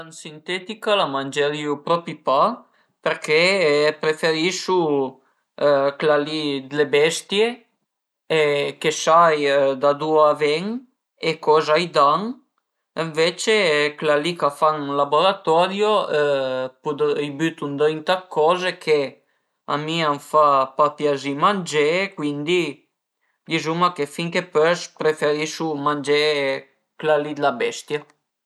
La carn sintetica la mangerìu propi pa përché preferisu cula li d'le bestie che sai da ëndua a ven e coza a i dan, ënvecce cula li ch'a fan ën laboratorio pudr i bütu ëndrinta dë coze che a mi a më fa pa piazì mangé e cuindi dizuma che fin che pös preferisu mangé cula li d'la bestia